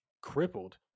crippled